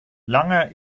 langer